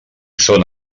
són